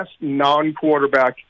non-quarterback